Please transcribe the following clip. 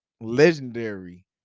legendary